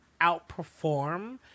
outperform